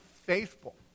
faithful